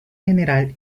general